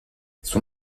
son